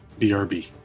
BRB